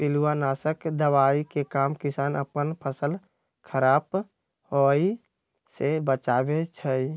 पिलुआ नाशक दवाइ के काम किसान अप्पन फसल ख़राप होय् से बचबै छइ